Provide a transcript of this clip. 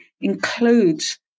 includes